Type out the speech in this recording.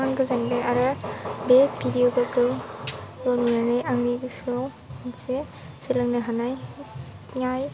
गोबां गोजोन्दों आरो बे भिडिअफोरखौ नुनानै आंनि गोसोआव मोनसे सोलोंनो हानाय